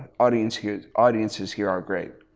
audiences here audiences here are great.